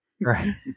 Right